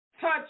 touch